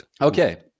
Okay